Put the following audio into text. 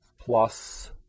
plus